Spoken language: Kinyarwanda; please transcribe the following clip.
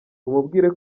umubwire